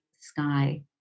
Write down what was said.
sky